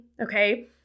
okay